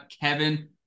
Kevin